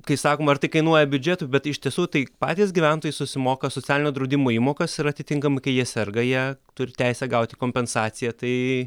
kai sakoma ar tai kainuoja biudžetui bet iš tiesų tai patys gyventojai susimoka socialinio draudimo įmokas ir atitinkamai kai jie serga jie turi teisę gauti kompensaciją tai